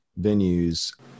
venues